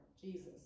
Jesus